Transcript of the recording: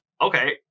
Okay